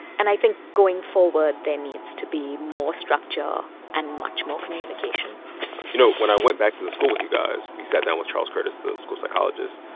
and i think, going forward, there needs to be more structure and much more communication you know, when i went back to the school with you guys, we sat down with charles curtis, the school psychologist.